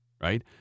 right